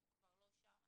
אנחנו כבר לא שם,